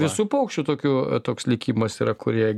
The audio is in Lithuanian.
visų paukščių tokių toks likimas yra kurie